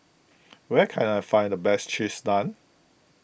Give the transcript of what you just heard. where can I find the best Cheese Naan